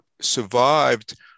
survived